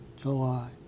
July